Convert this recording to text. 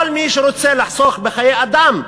כל מי שרוצה לחסוך בחיי אדם,